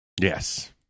Yes